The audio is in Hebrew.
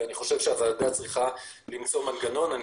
אני חושב שהוועדה צריכה מנגנון של